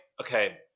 okay